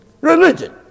Religion